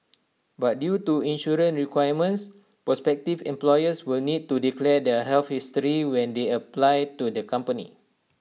but due to insurance requirements prospective employees will need to declare their health history when they apply to the company